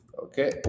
okay